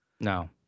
No